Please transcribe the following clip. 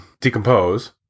decompose